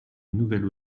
nouvelle